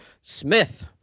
Smith